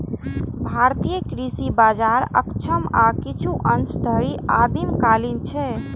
भारतीय कृषि बाजार अक्षम आ किछु अंश धरि आदिम कालीन छै